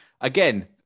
again